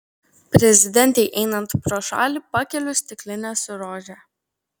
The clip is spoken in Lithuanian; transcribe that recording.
prezidentei einant pro šalį pakeliu stiklinę su rože